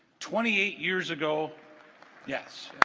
twenty eight years ago yes